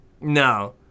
No